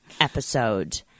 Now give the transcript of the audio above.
episode